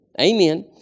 Amen